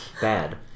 Bad